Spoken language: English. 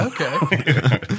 Okay